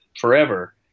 forever